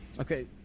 Okay